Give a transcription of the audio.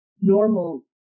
normal